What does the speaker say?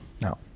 Now